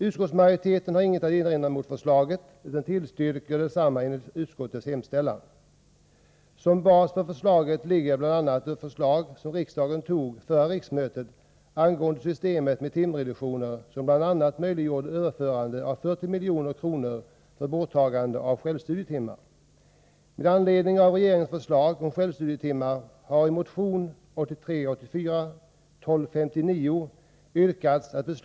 Utskottsmajoriteten har inget att erinra mot förslaget utan tillstyrker detsamma i sin hemställan. Som bas för förslaget ligger bl.a. det beslut som riksdagen i förra riksmötet fattade angående systemet med timreduktioner, som bl.a. möjliggjorde överförande av 40 milj.kr. för borttagande av självstudietimmar.